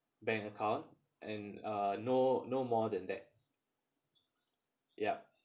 bank account and uh no no more than that yup